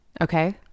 Okay